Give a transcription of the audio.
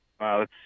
Wow